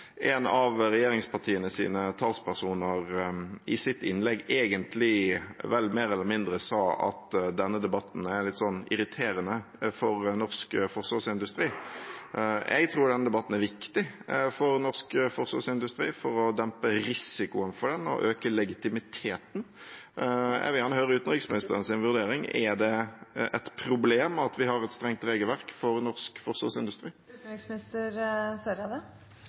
en av regjeringspartienes talspersoner i sitt innlegg egentlig mer eller mindre sa at denne debatten er litt irriterende for norsk forsvarsindustri. Jeg tror denne debatten er viktig for norsk forsvarsindustri, for å dempe risikoen for den og øke legitimiteten. Jeg vil gjerne høre utenriksministerens vurdering: Er det et problem at vi har et strengt regelverk for norsk forsvarsindustri?